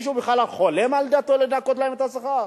מישהו בכלל מעלה על דעתו לנכות להם מהשכר?